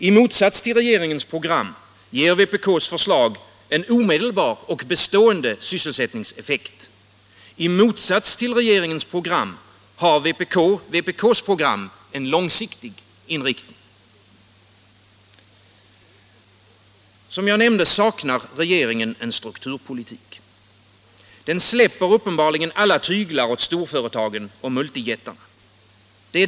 I motsats till regeringens program ger vpk:s förslag en omedelbar och bestående sysselsättningseffekt. I motsats till regeringens program har vpk:s program en långsiktig inriktning. Som jag nämnde, saknar regeringen en strukturpolitik. Den släpper uppenbarligen alla tyglar åt storföretagen och multijättarna.